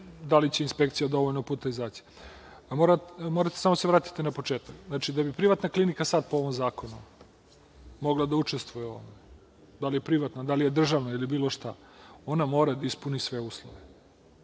da li će inspekcija dovoljno puta izaći. Morate samo da se vratite na početak. Znači, da bi privatna klinika sad po ovom zakonu mogla da učestvuje u ovome, da li je privatna, da li je državna ili bilo šta, ona mora da ispuni sve uslove.